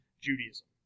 Judaism